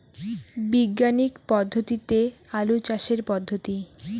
বিজ্ঞানিক পদ্ধতিতে আলু চাষের পদ্ধতি?